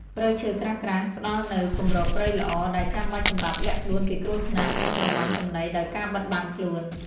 ព្រៃឈើក្រាស់ៗ ផ្តល់នូវ គម្របព្រៃល្អ ដែលចាំបាច់សម្រាប់លាក់ខ្លួនពីគ្រោះថ្នាក់ និងប្រមាញ់ចំណីដោយការបិទបាំងខ្លួន។